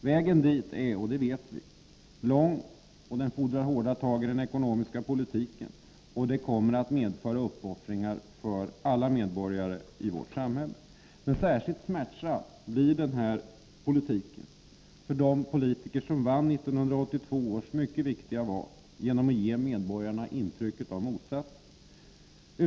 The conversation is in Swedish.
Vägen dit är, det vet vi, lång och fordrar hårda tag i den ekonomiska politiken. Det kommer att medföra uppoffringar för alla medborgare i vårt samhälle. Särskilt smärtsam blir den här politiken för de politiker som vann 1982 års mycket viktiga val genom att ge medborgarna intrycket av att en motsatt politik var möjlig.